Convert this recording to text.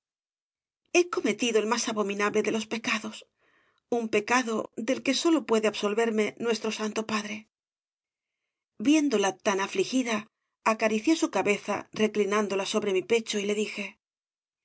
he cometido el más abominable de los pecados un pecado del que sólo puede absolverme nuestro santo padre viéndola tan afligida acaricié su cabeza reclinándola sobre mi pecho y le dije